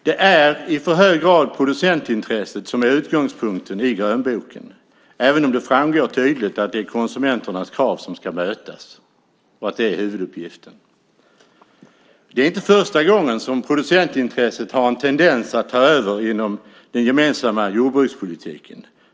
Det är i för hög grad producentintresset som är utgångspunkten i grönboken även om det tydligt framgår att det är konsumenternas krav som ska beaktas och att det är huvuduppgiften. Det är inte första gången som producentintresset har en tendens att ta över inom den gemensamma jordbrukspolitiken.